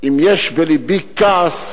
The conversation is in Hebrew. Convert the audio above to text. אם יש בלבי כעס,